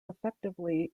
effectively